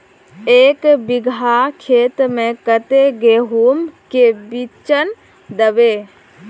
एक बिगहा खेत में कते गेहूम के बिचन दबे?